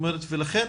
ולכן